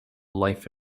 life